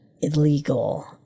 illegal